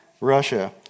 Russia